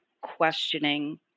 questioning